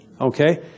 Okay